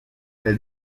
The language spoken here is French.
elle